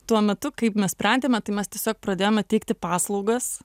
tuo metu kaip mes sprendėme tai mes tiesiog pradėjome teikti paslaugas